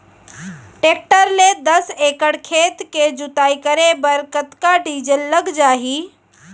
Tractor ले दस एकड़ खेत के जुताई करे बर कतका डीजल लग जाही?